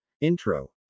intro